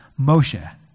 Moshe